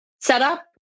setup